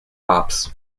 hops